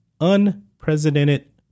unprecedented